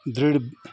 दृढ